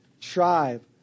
tribe